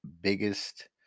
biggest